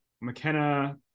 McKenna